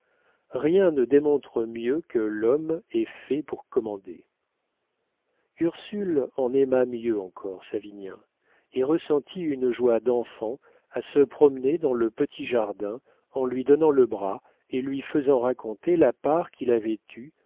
rien ne démontre mieux que l'homme est fait pour commander ursule en aima mieux encore savinien et ressentit une joie d'enfant à se promener dans le petit jardin en lui donnant le bras et lui faisant raconter la part qu'il avait eue